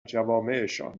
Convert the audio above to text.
جوامعشان